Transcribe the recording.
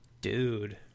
Dude